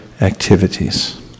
activities